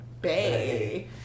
Bay